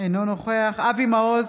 אינו נוכח אבי מעוז,